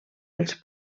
els